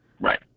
right